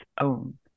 own